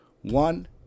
one